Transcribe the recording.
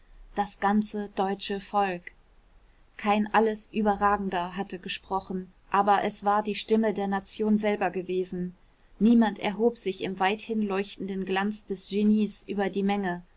das ganze deutsche volk kein alles überragender hatte gesprochen aber es war die stimme der nation selber gewesen niemand erhob sich im weithin leuchtenden glanz des genies über der menge